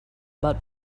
but